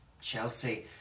Chelsea